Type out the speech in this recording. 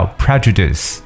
prejudice 。